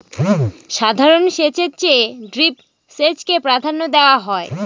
সাধারণ সেচের চেয়ে ড্রিপ সেচকে প্রাধান্য দেওয়া হয়